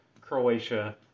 Croatia